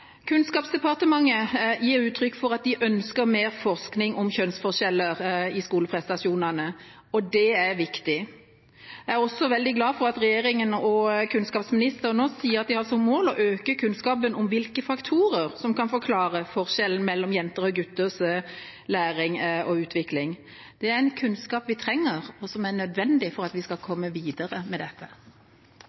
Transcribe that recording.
Kunnskapsdepartementet gir uttrykk for at de ønsker mer forskning om kjønnsforskjeller i skoleprestasjonene, og det er viktig. Jeg er også veldig glad for at regjeringen og kunnskapsministeren nå sier at de har som mål å øke kunnskapen om hvilke faktorer som kan forklare forskjellen mellom jenters og gutters læring og utvikling. Det er en kunnskap vi trenger, og som er nødvendig for at vi skal komme videre med dette.